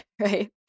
right